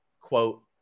Quote